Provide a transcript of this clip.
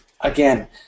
Again